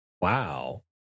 Wow